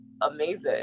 amazing